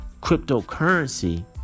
cryptocurrency